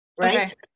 right